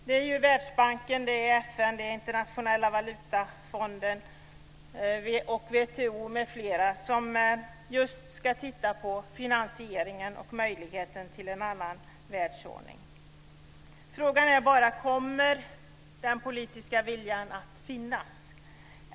Det är Världsbanken, FN, Internationella valutafonden, WTO m.fl. som ska titta på finansieringen och möjligheten till en annan världsordning. Frågan är bara om den politiska viljan kommer att finnas.